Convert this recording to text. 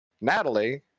Natalie